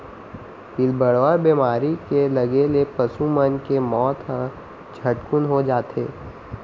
पिलबढ़वा बेमारी के लगे ले पसु मन के मौत ह झटकन हो जाथे